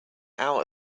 out